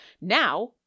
Now